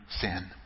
sin